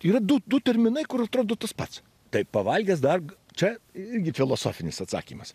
yra du du terminai kur atrodo tas pats tai pavalgęs dar čia irgi filosofinis atsakymas